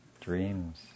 Dreams